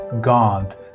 God